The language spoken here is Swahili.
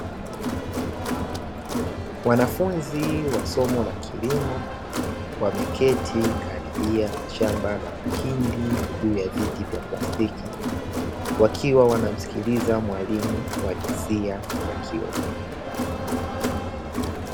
Wanafunzi wa somo la kilimo, wameketi karibia na shamba la mahindi juu ya viti vya plastiki, wakiwa wanamsikiliza mwalimu wa jinsia ya kiume.